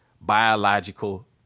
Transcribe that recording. biological